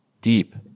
deep